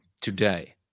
today